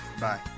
bye